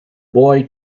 boy